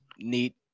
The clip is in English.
Neat